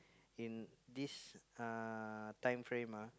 in this uh timeframe ah